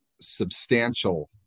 substantial